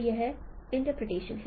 तो यह इंटरप्रटेशन है